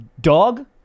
dog